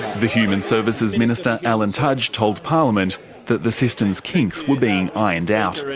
the human services minister, alan tudge, told parliament that the system's kinks were being ironed out.